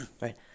right